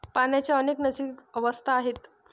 पाण्याच्या अनेक नैसर्गिक अवस्था आहेत